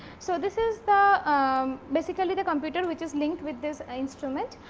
so, this is the um basically the computer which is linked with this instrument.